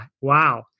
wow